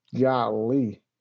golly